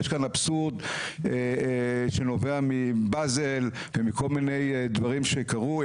יש כאן אבסורד שנובע מבאזל ומכל מיני דברים שקרו.